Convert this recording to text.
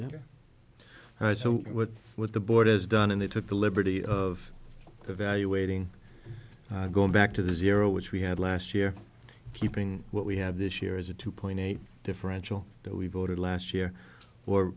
yes so what what the board has done and they took the liberty of evaluating going back to the zero which we had last year keeping what we have this year is a two point eight differential that we voted last year or